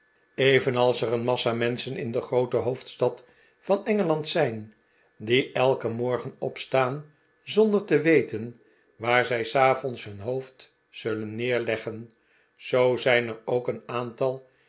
evenals er een massa menschen in de groote hooidstad van engeland zijn die elken morgen opstaan zonder te weten waar zij s avonds hun hoofd zullen neerleggen zoo zijn er ook een aantal